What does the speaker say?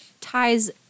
ties